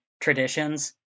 traditions